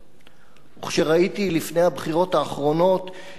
וכשראיתי לפני הבחירות האחרונות כי מפלגת